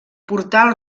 portal